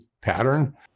pattern